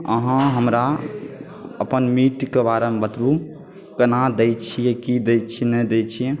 अहाँ हमरा अपन मीटके बारेमे बतबू कोना दै छिए कि दै छिए नहि दै छिए